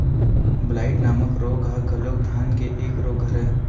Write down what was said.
blight नामक रोग ह घलोक धान के एक रोग हरय